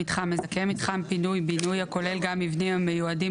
"מתחם מזכה - מתחם פינוי-בינוי הכולל גם מבנים המיועדים